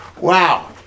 Wow